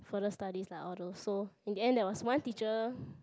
further studies lah all those so in the end there was one teacher